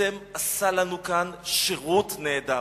ובעצם עשה לנו כאן שירות נהדר.